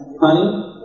honey